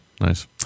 Nice